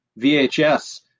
VHS